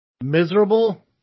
miserable